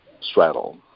straddle